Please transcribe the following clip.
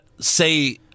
say